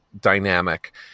dynamic